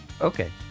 Okay